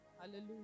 Hallelujah